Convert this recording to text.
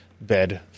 bed